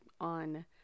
on